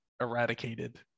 eradicated